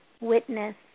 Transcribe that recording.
witness